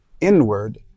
Inward